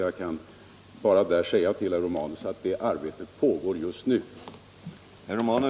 Jag kan bara säga till herr Romanus att det arbetet pågår just nu.